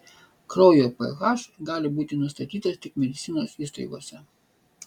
kraujo ph gali būti nustatytas tik medicinos įstaigose